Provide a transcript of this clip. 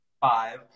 five